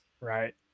right